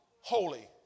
holy